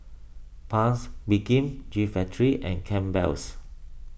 Paik's Bibim G Factory and Campbell's